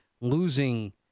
losing